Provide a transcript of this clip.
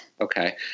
Okay